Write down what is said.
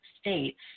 States